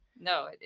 No